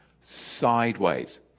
sideways